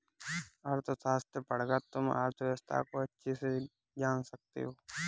अर्थशास्त्र पढ़कर तुम अर्थव्यवस्था को अच्छे से जान सकते हो